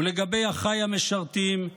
ולגבי אחיי המשרתים,